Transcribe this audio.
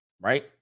Right